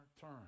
turn